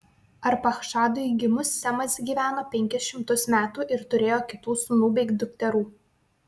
arpachšadui gimus semas gyveno penkis šimtus metų ir turėjo kitų sūnų bei dukterų